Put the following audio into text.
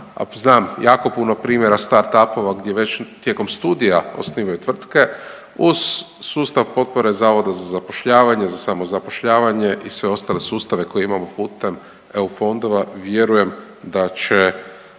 znam jako puno primjera start-upova gdje već tijekom studija osnivaju tvrtke uz sustav potpore Zavoda za zapošljavanje, za samozapošljavanje i sve ostale sustave koje imamo putem EU fondova vjerujem da će